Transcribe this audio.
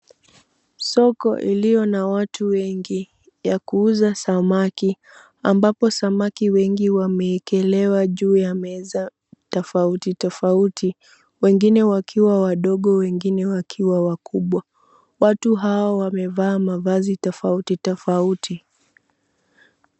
Soko iliona watu wengi ya kuuza samaki ambapo samaki wengi wameekelewa juu ya meza tofauti tofauti wengine wakiwa wadogo wengine wakiwa wakubwa. Watu hao wamevaa mavazi tofauti tofauti.